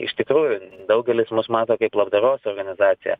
iš tikrųjų daugelis mus mato kaip labdaros organizaciją